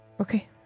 Okay